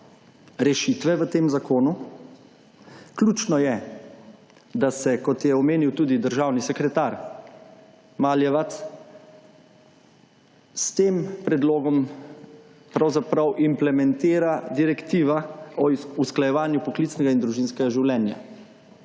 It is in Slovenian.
rešitve v tem zakonu. Ključno je, da se, kot je omenil tudi državni sekretar Maljevac, s tem predlogom pravzaprav implementira direktiva o usklajevanju poklicnega in družinskega življenja.